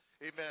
Amen